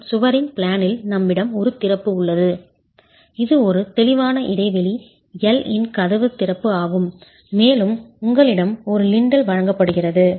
மற்றும் சுவரின் பிளேனில் நம்மிடம் ஒரு திறப்பு உள்ளது இது ஒரு தெளிவான இடைவெளி L இன் கதவு திறப்பு ஆகும் மேலும் உங்களிடம் ஒரு லிண்டல் வழங்கப்படுகிறது